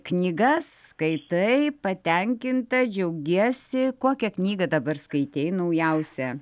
knygas skaitai patenkinta džiaugiesi kokią knygą dabar skaitei naujausią